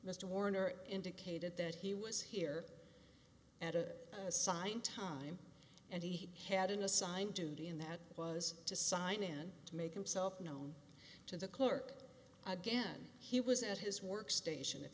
mr warner indicated that he was here at a assigned time and he had an assigned duty in that was to sign in to make himself known to the clerk again he was at his workstation if